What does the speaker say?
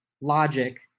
logic